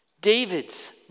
David's